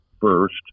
first